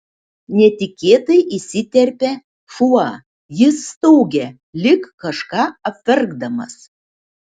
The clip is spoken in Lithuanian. netikėtai įsiterpia šuo jis staugia lyg kažką apverkdamas